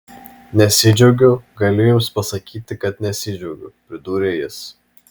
nesidžiaugiu galiu jums pasakyti kad nesidžiaugiu pridūrė jis